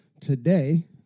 today